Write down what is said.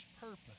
purpose